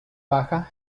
baja